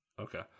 Okay